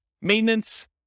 Maintenance